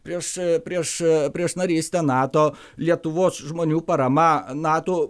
prieš prieš prieš narystę nato lietuvos žmonių parama nato